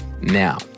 Now